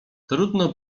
trudno